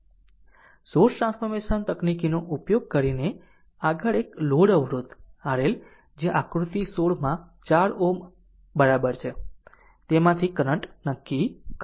source transformation તકનીકનો ઉપયોગ કરીને આગળ એક લોડ અવરોધ RL જે આકૃતિ 16 માં 4 Ω બરાબર છે તેમાંરંટ નક્કી કરો